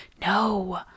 No